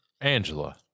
angela